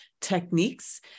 techniques